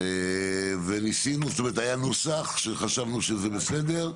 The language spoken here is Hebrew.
וניסינו זאת אומרת היה נוסח שחשבנו שזה בסדר,